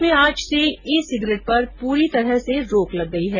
प्रदेश में आज से ई सिगरेट पर पूरी तरह से रोक लग गई है